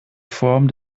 form